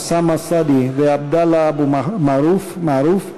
אוסאמה סעדי ועבדאללה אבו מערוף,